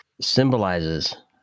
symbolizes